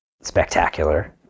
spectacular